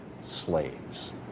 slaves